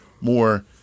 more